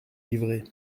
livrée